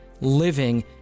living